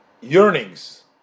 yearnings